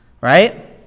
right